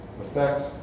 effects